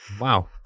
wow